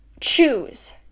choose